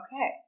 Okay